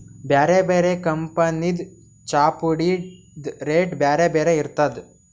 ಬ್ಯಾರೆ ಬ್ಯಾರೆ ಕಂಪನಿದ್ ಚಾಪುಡಿದ್ ರೇಟ್ ಬ್ಯಾರೆ ಬ್ಯಾರೆ ಇರ್ತದ್